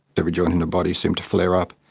every joint in her body seemed to flare up.